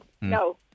no